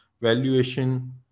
valuation